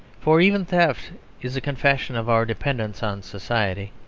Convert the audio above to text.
for even theft is a confession of our dependence on society.